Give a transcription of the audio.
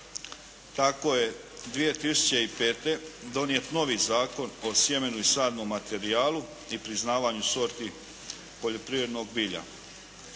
ovo područje i to kao Zakon o sjemenu, sadnom materijalu i priznavanju sorti poljoprivrednog bilja.